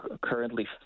currently